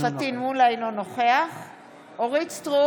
לחבר הכנסת,